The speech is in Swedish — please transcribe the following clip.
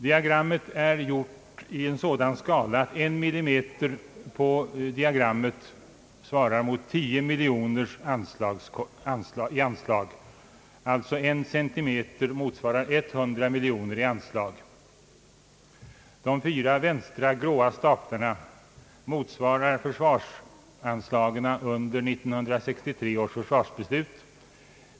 Dia grammet är gjort i sådan skala att en millimeter i diagrammet svarar mot 10 miljoner kronor i anslag. En centimeter motsvarar alltså 100 miljoner kronor. De fyra gråa staplarna till vänster motsvarar försvarsanslagen under 1963 års försvarsbeslut.